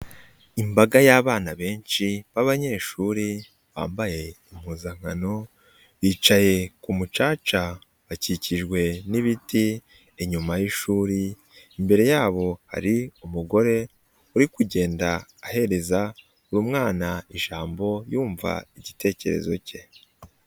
Imbaga y'abana benshi b'abanyeshuri bambaye impuzankano, bicaye ku mucaca bakikijwe n'ibiti inyuma y'ishuri, imbere yabo hari umugore uri kugenda ahereza buri mwana ijambo yumva igitekerezo ke.